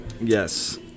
Yes